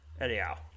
anyhow